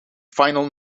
final